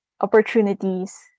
opportunities